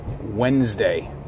Wednesday